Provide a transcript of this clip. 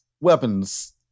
weapons